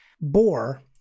Boar